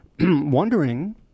wondering